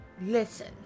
Listen